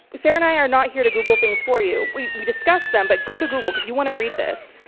sarah and i are not here to google things for you. we we discuss them, but go to google because you want to read this.